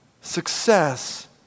success